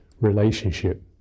relationship